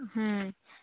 ᱦᱮᱸ